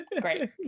Great